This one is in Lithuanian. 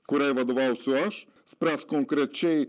kuriai vadovausiu aš spręs konkrečiai